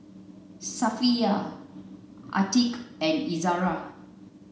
Safiya Atiqah and Izara